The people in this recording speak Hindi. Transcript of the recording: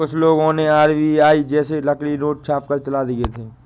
कुछ लोगों ने आर.बी.आई जैसे नकली नोट छापकर चला दिए थे